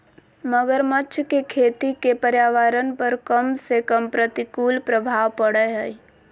मगरमच्छ के खेती के पर्यावरण पर कम से कम प्रतिकूल प्रभाव पड़य हइ